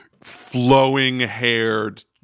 flowing-haired